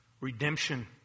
redemption